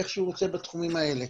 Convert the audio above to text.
איך שהוא רוצה בתחומים האלה.